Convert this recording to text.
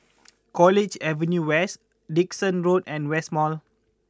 College Avenue West Dickson Road and West Mall